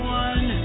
one